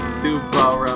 super